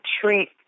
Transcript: treat